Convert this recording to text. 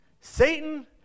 Satan